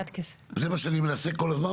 זה מה שאני מנסה כל הזמן,